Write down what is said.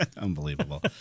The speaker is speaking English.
Unbelievable